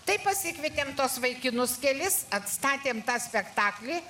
tai pasikvietėm tuos vaikinus kelis atstatėm tą spektaklį